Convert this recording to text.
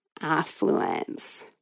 affluence